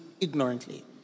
ignorantly